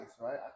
right